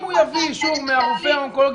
אם הוא יביא אישור מהרופא האונקולוגי